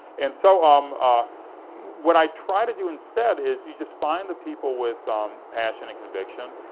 and so um ah what i try to do instead is, you just find the people with passion and conviction,